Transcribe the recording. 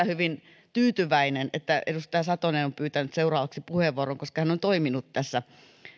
hyvin tyytyväinen että edustaja satonen on pyytänyt seuraavaksi puheenvuoron koska hän on toiminut tässä